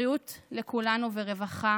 בריאות לכולנו ורווחה.